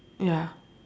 ya